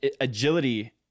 agility